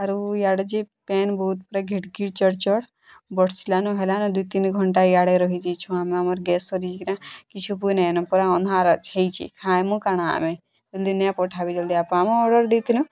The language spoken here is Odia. ଆରୁ ଇଆଡ଼େ ଯେ ପାନ୍ ବହୁତ ପୁରା ଘିଡ଼୍ ଘିଡ଼୍ ଚଡ଼୍ ଚଡ଼୍ ବର୍ଷିଲା ନ ହେଲା ନ ଦୁଇ ତିନି ଘଣ୍ଟା ଇଆଡ଼େ ରହି ଯେଉଛୁ ଆମେ ଆମର୍ ଗ୍ୟାସ୍ ସରିକିନା କିଛୁ ଉପାୟ ନାଇଁ ନ ପୁରା ଅନ୍ଧାର ଅଛି ହେଇଛି ଖାଏମୁଁ କାଣା ଆମେ ଜଲ୍ଦି ନାଇଁ ପଠାବେ ଜଲ୍ଦି କମ୍ ଅର୍ଡ଼ର୍ ଦେଇଥିନୁ